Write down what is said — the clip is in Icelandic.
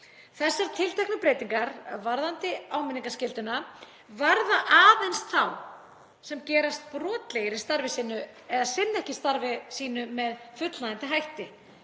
Þessar tilteknu breytingar varðandi áminningarskylduna varða aðeins þá sem gerast brotlegir í starfi sínu eða sinna ekki starfi sínu með fullnægjandi hætti.